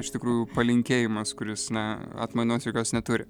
iš tikrųjų palinkėjimas kuris na atmainos jokios neturi